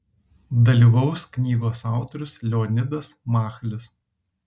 dalyvaus knygos autorius leonidas machlis